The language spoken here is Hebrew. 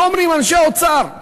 מה אומרים אנשי האוצר?